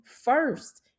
first